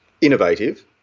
innovative